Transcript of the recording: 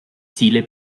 ziele